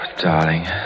Darling